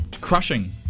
crushing